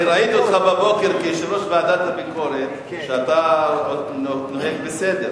ראיתי אותך בבוקר כיושב-ראש ועדת הביקורת שאתה נוהג בסדר,